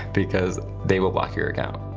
because they will block your account.